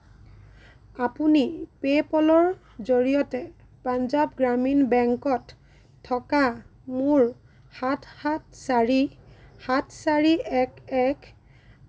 আপুনি পে'পলৰ জৰিয়তে পাঞ্জাৱ গ্ৰামীণ বেংকত থকা মোৰ সাত সাত চাৰি সাত চাৰি এক এক